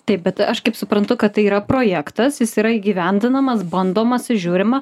taip bet aš kaip suprantu kad tai yra projektas jis yra įgyvendinamas bandomas ir žiūrima